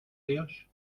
dios